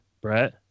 Brett